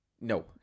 no